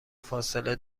فاصله